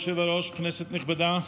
כבוד היושב-ראש, כנסת נכבדה,